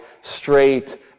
straight